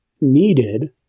needed